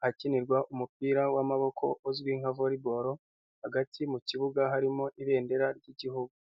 ahakinirwa umupira w'amaboko uzwi nka volley ball, hagati mu kibuga harimo ibendera ry'igihugu.